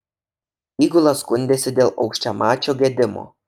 įgula skundėsi dėl aukščiamačio gedimo